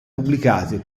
pubblicate